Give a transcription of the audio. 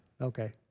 Okay